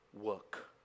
work